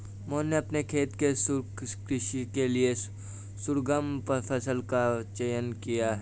मोहन ने अपने खेत में शुष्क कृषि के लिए शोरगुम फसल का चयन किया है